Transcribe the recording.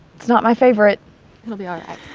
it's not my favorite it'll be alright.